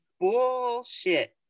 Bullshit